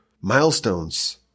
milestones